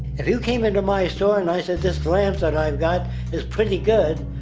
if you came into my store and i said this lamp that i've got is pretty good,